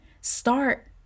start